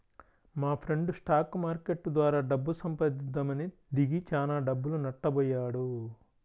మాఫ్రెండు stock market ద్వారా డబ్బు సంపాదిద్దామని దిగి చానా డబ్బులు నట్టబొయ్యాడు